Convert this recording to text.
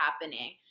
happening